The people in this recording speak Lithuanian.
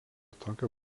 tokio